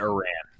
Iran